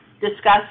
discuss